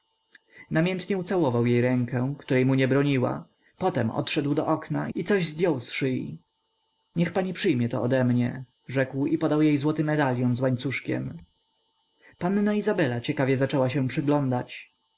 namiętnie ucałował jej rękę której mu nie broniła potem odszedł do okna i coś zdjął z szyi niech pani przyjmie to odemnie rzekł i podał jej złoty medalion z łańcuszkiem panna izabela ciekawie zaczęła się przyglądać